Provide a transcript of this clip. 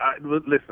listen